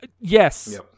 Yes